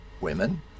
women